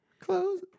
Close